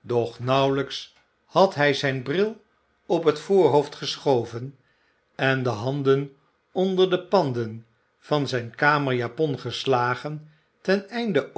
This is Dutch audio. doch nauwelijks had hij zijn bril op het voorhoofd geschoven en de handen onder de panden van zijne kamerjapon geslagen ten einde